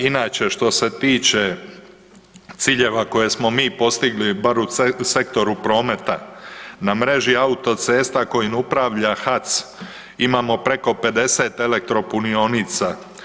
Inače što se tiče ciljeva koje smo mi postigli bar u sektoru prometa na mreži autocesta kojim upravlja HAC imamo preko 50 elektropunionica.